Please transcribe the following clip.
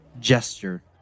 gesture